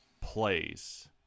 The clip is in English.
plays